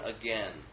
again